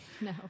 No